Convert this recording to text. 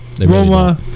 Roma